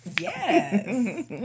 yes